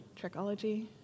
Trekology